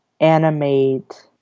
animate